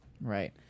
Right